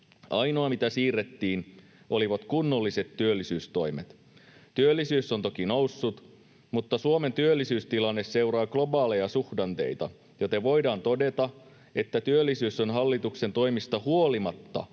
Ainoa, mitä siirrettiin, olivat kunnolliset työllisyystoimet. Työllisyys on toki noussut, mutta Suomen työllisyystilanne seuraa globaaleja suhdanteita, joten voidaan todeta, että työllisyys on hallituksen toimista huolimatta